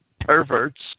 perverts